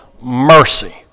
mercy